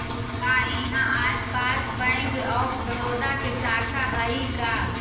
का इहाँ आसपास बैंक ऑफ बड़ोदा के शाखा हइ का?